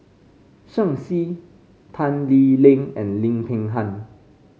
Shen Xi Tan Lee Leng and Lim Peng Han